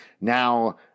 Now